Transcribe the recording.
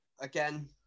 again